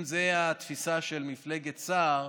אז אם זו התפיסה של מפלגת סער,